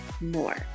more